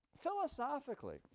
philosophically